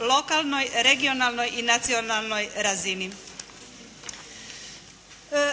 lokalnoj, regionalnoj i nacionalnoj razini.